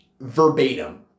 Verbatim